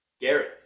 Garrett